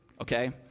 okay